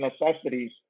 necessities